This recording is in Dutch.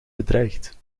bedreigt